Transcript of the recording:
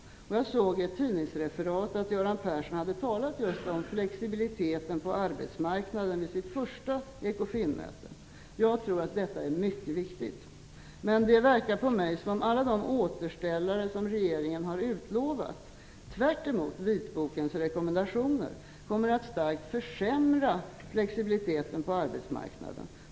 Jag såg i ett tidningsreferat att Göran Persson vid sitt första Ecofinmöte hade talat just om flexibiliteten på arbetsmarknaden. Jag tror att detta är mycket viktigt. Men det synes mig som om alla de återställare som regeringen har utlovat - tvärtemot vitbokens rekommendationer - starkt kommer att försämra flexibiliteten på arbetsmarknaden.